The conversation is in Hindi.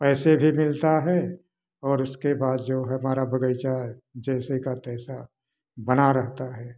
पैसे भी मिलता है और उसके बाद जो हमारा बगीचा है जैसे का तैसा बना रहता है